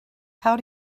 how